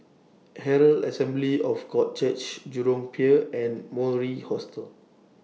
Herald Assembly of God Church Jurong Pier and Mori Hostel